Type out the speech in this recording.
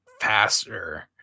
faster